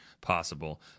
possible